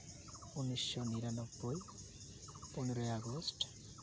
ᱩᱱᱤᱥᱥᱚ ᱱᱤᱨᱟᱱᱳᱵᱽᱵᱳᱭ ᱯᱚᱱᱨᱚᱭ ᱟᱜᱚᱥᱴ